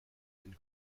end